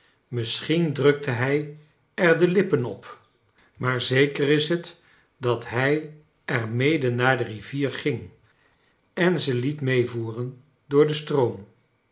misschien drukte hij er de lippen op maar zeker is net dat hij er mede naar de rivier ging en ze liet meevoeren door den stroom